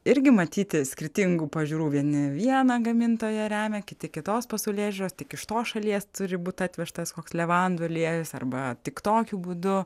irgi matyti skirtingų pažiūrų vieni vieną gamintoją remia kiti kitos pasaulėžiūros tik iš tos šalies turi būt atvežtas koks levandų aliejus arba tik tokiu būdu